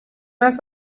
است